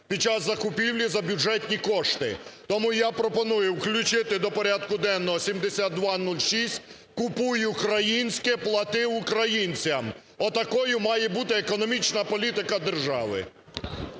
під час закупівлі за бюджетні кошти. Тому я пропоную включити до порядку денного 7206. Купуй українське, плати українцям – отакою має бути економічна політика держави.